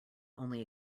only